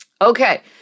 Okay